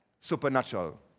supernatural